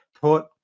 put